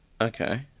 Okay